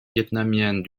vietnamiennes